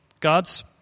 God's